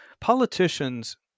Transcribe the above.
Politicians